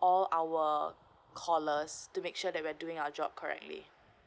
all our callers to make sure that we are doing our job correctly